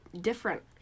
different